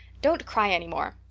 don't cry any more.